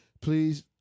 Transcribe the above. Please